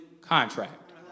contract